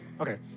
okay